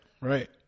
Right